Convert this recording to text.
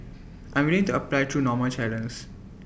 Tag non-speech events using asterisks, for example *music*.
*noise* I'm willing to apply through normal channels